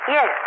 Yes